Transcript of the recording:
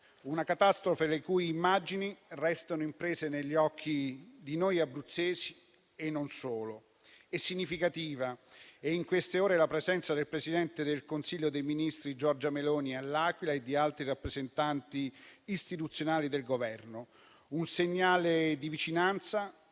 una catastrofe le cui immagini restano impresse negli occhi di noi abruzzesi e non solo. Significativa è in queste ore la presenza a L'Aquila del presidente del Consiglio dei ministri Giorgia Meloni e di altri rappresentanti istituzionali del Governo. È un segnale di vicinanza